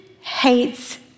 hates